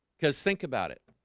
cuz think about it